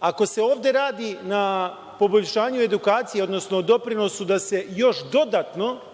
Ako se ovde radi na poboljšanju edukacije, odnosu doprinosu da se još dodatno